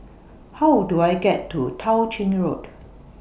How Do I get to Tao Ching Road